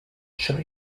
shall